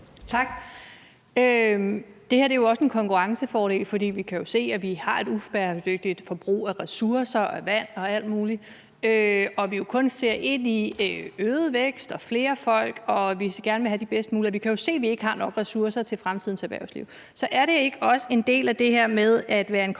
Tak. Det her er også en konkurrencefordel. For vi kan jo se, at vi har et ubæredygtigt forbrug af ressourcer, vand og alt muligt, og at vi kun ser ind i øget vækst og flere folk. Vi kan jo se, at vi ikke har nok ressourcer til fremtidens erhvervsliv. Så er det ikke også en del af det her med at have en konkurrencefordel,